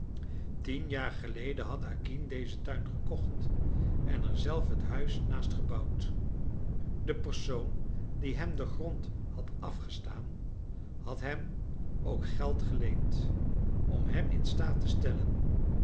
tien jaar geleden had acquin dezen tuin gekocht en er zelf het huis naast gebouwd de persoon die hem den grond had afgestaan had hem ook geld geleend om hem in staat te stellen